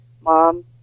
mom